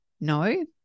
No